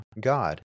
God